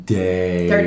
day